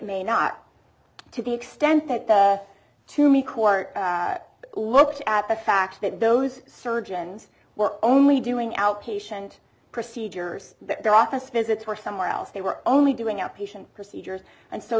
may not to the extent that the to me court looked at the fact that those surgeons were only doing outpatient procedures their office visits were somewhere else they were only doing outpatient procedures and so